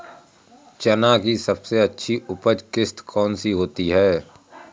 चना की सबसे अच्छी उपज किश्त कौन सी होती है?